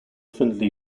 findlay